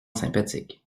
sympathique